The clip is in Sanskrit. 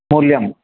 मूल्यम्